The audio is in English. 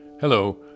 Hello